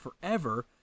forever